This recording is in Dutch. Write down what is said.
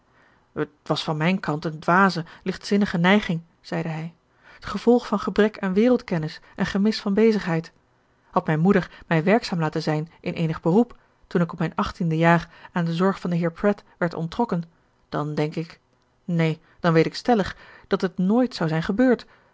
het was van mijn kant een dwaze lichtzinnige neiging zeide hij t gevolg van gebrek aan wereldkennis en gemis van bezigheid had mijn moeder mij werkzaam laten zijn in eenig beroep toen ik op mijn achttiende jaar aan de zorg van den heer pratt werd onttrokken dan denk ik neen dan weet ik stellig dat het nooit zou zijn gebeurd